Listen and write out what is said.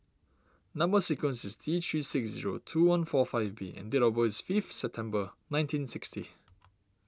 Number Sequence is T three six zero two one four five B and date of birth is five September nineteen sixty